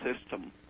system